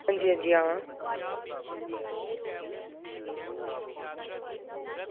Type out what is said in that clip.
हां जी हां जी हां